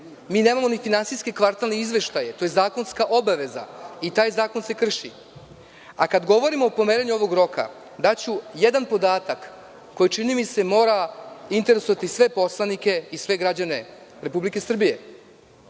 Mi nemamo ni finansijske kvartalne izveštaje. To je zakonska obaveza i taj zakon se krši. Kada govorimo o pomeranju ovog roka, daću jedan podatak koji, čini mi se, mora interesovati sve poslanike i sve građane Republike Srbije.